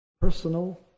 personal